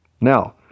Now